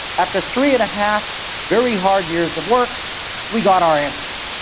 after three and a half very hard years of work we got our answer.